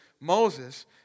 Moses